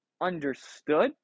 understood